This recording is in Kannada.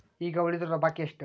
ಈಗ ಉಳಿದಿರೋ ಬಾಕಿ ಎಷ್ಟು?